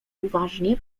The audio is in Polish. uważnie